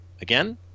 again